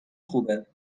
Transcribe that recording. خوبه